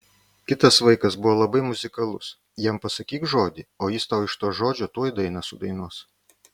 kitas vaikas buvo labai muzikalus jam pasakyk žodį o jis tau iš to žodžio tuoj dainą sudainuos